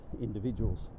individuals